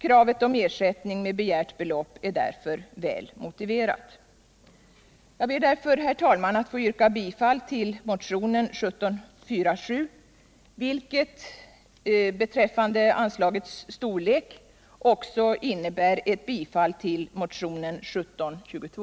Kravet på ersättning med begärt belopp är därför väl motiverat. Jag ber därför, herr talman, att få yrka bifall till motionen 1747, vilket beträffande anslagets storlek också innebär ett bifall till motionen 1722.